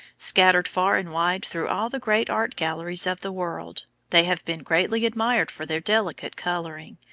scattered far and wide through all the great art galleries of the world, they have been greatly admired for their delicate coloring,